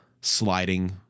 sliding